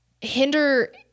hinder